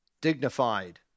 dignified